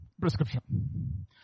prescription